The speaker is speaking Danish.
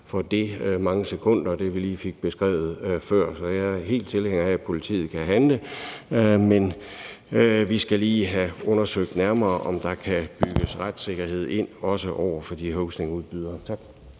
for det, vi lige fik beskrevet før, i mange sekunder. Så jeg er fuldt ud tilhænger af, at politiet kan handle, men vi skal lige have undersøgt nærmere, om der også kan bygges retssikkerhed ind over for hostingudbyderne. Tak.